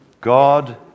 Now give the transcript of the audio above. God